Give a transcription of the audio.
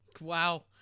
Wow